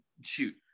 shoot